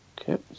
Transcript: Okay